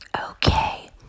Okay